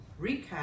recap